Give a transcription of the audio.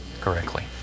correctly